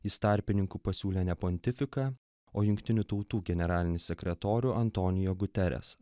jis tarpininku pasiūlė ne pontifiką o jungtinių tautų generalinį sekretorių antonijo guteres